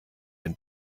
den